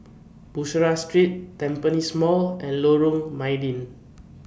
Bussorah Street Tampines Mall and Lorong Mydin